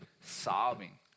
sobbing